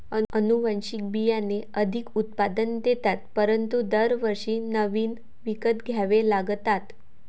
अनुवांशिक बियाणे अधिक उत्पादन देतात परंतु दरवर्षी नवीन विकत घ्यावे लागतात